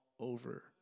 over